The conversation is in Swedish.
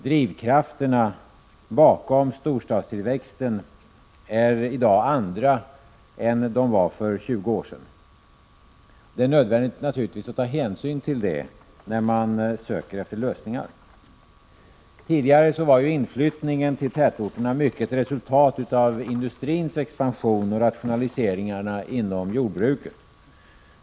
Drivkrafterna bakom storstadstillväxten är i dag andra än de var för 20 år sedan. Det är naturligtvis nödvändigt att ta hänsyn till detta när man söker lösningar. Tidigare var inflyttningen till tätorterna i stor utsträckning ett resultat av industrins expansion och rationaliseringarna inom jordbruket.